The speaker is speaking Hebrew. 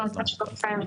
שלום.